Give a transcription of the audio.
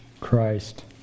Christ